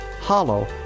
Hollow